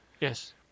Yes